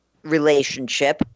relationship